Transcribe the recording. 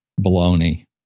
Baloney